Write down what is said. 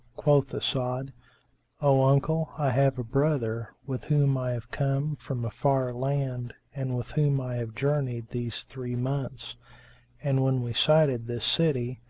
quoth as'ad, o uncle, i have a brother, with whom i have come from a far land and with whom i have journeyed these three months and, when we sighted this city,